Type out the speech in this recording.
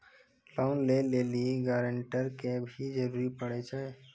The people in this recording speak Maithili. लोन लै लेली गारेंटर के भी जरूरी पड़ै छै?